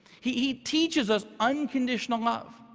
he he teaches us unconditional love.